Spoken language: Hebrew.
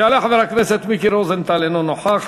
יעלה חבר הכנסת מיקי רוזנטל, אינו נוכח.